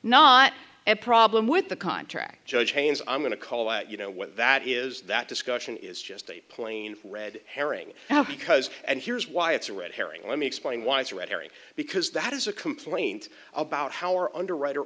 not a problem with the contract judge haynes i'm going to call at you know what that is that discussion is just a plain red herring because and here's why it's a red herring let me explain why it's a red herring because that is a complaint about how our underwriter